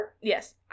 Yes